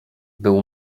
był